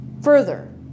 further